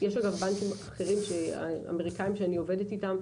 יש בנקים אחרים שאני עובדת איתם,